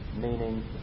Meaning